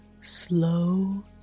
slow